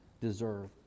deserve